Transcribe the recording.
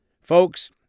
Folks